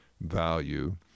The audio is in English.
value